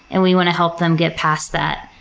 and we want to help them get past that.